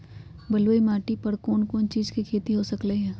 बलुई माटी पर कोन कोन चीज के खेती हो सकलई ह?